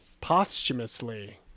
posthumously